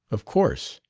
of course.